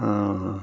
ஆ